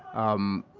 um,